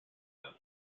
them